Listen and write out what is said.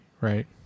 right